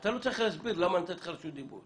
אז צריכים לשמוע ולראות האם האיזונים האלה הם איזונים